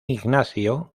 ignacio